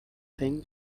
thing